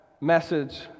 message